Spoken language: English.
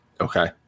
Okay